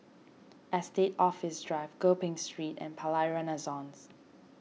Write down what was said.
Estate Office Drive Gopeng Street and Palais Renaissance